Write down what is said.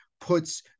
puts